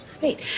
Wait